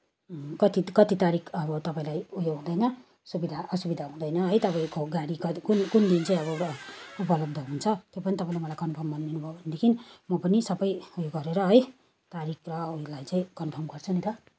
कति कति तारिक अब तपाईँलाई उयो हुँदैन सुविधा असुविधा हुँदैन है तपाईँको गाडी कहीँ कुन कुन दिन चाहिँ अब उपलब्ध हुन्छ त्यो पनि तपाईँले मलाई कन्फर्म भनिदिनुभयो भनेदेखि म पनि सबै उयो गरेर है तारिकलाई चाहिँ कन्फर्म गर्छु नि त